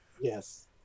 Yes